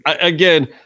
again